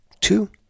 Two